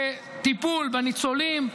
זה טיפול בניצולים,